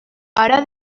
ara